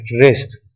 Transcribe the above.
wrist